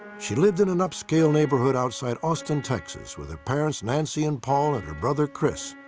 she lived in an upscale neighborhood outside austin, texas with her parents nancy and paul and her brother, chris.